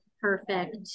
perfect